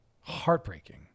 Heartbreaking